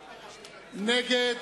נגד,